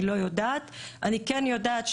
אני לא יודעת.